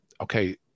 okay